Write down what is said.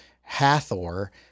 Hathor